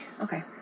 Okay